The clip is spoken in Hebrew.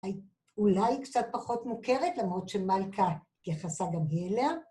‫אולי היא קצת פחות מוכרת, ‫למרות שמלכה התייחסה גם היא אליה.